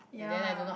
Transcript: ya